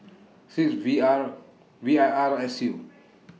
six V R V I R S U